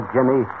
Jimmy